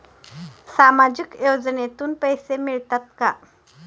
सामाजिक योजनेतून पैसे मिळतात का?